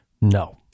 No